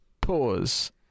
Pause